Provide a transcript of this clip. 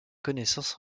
connaissances